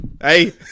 Hey